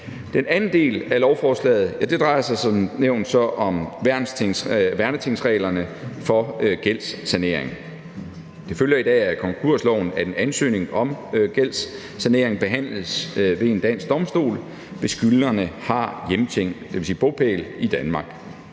Den anden del af lovforslaget drejer sig som nævnt om værnetingsreglerne for gældssanering. Det følger i dag af konkursloven, at en ansøgning om gældssanering behandles ved en dansk domstol, hvis skyldneren har hjemting, dvs. bopæl, i Danmark.